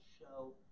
show